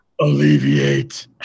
Alleviate